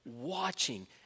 watching